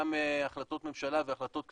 גם בהחלטות ממשלות והחלטות כנסת,